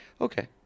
Okay